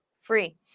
free